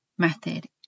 method